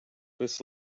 this